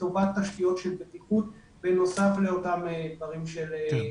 לטובת תשתיות בטיפול בנוסף לאותם דברים של הסברה.